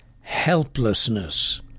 helplessness